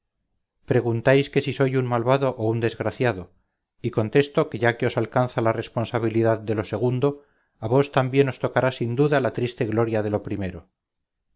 preguntáis que si soy un malvado o un desgraciado y contesto que ya que os alcanza la responsabilidad de lo segundo a vos también os tocará sin duda la triste gloria de lo primero